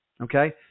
Okay